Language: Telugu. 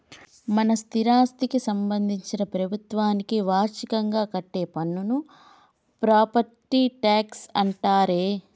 మన స్థిరాస్థికి సంబందించిన ప్రభుత్వానికి వార్షికంగా కట్టే పన్నును ప్రాపట్టి ట్యాక్స్ అంటారే